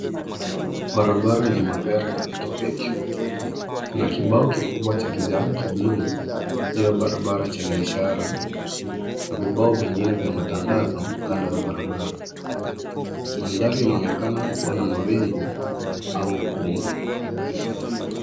Barabara yenye magari na pikipiki. Kuna kibao kikubwa cha kijani kibuluu juu ya barabara, chenye ishara na vibao vingine vya matangazo kando ya barabara. Mandhari yanaonekana kuwa na mawingu au ukungu.